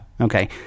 Okay